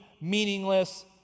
meaningless